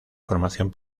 formación